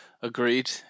Agreed